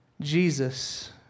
Jesus